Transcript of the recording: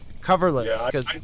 Coverless